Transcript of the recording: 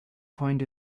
coined